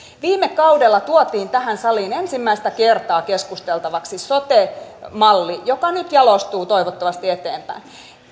viime kaudella tuotiin tähän saliin ensimmäistä kertaa keskusteltavaksi sote malli joka nyt jalostuu toivottavasti eteenpäin